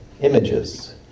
images